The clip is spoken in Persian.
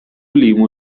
لیمو